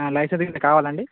ఆ లైసెన్స్ అది కావాలాండి